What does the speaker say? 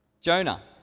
Jonah